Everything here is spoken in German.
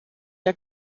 der